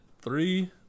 Three